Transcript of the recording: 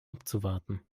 abzuwarten